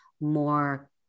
more